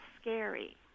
scary